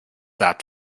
sap